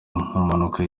mpanuka